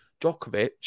Djokovic